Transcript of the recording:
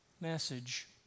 message